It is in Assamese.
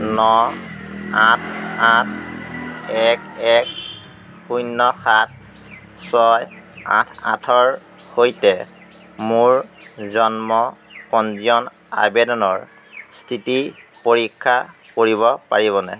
ন আঠ আঠ এক এক শূন্য সাত ছয় আঠ আঠৰ সৈতে মোৰ জন্ম পঞ্জীয়ন আবেদনৰ স্থিতি পৰীক্ষা কৰিব পাৰিবনে